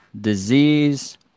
Disease